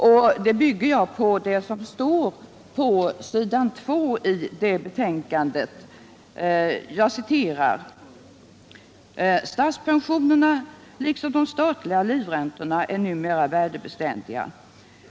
Det påståendet bygger jag på vad som står på s. 2 i det betänkandet, nämligen följande: ”Statspensionerna liksom de statliga livräntorna är numera värdebeständiga.